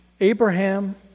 Abraham